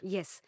Yes